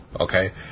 Okay